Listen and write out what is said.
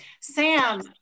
sam